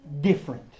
different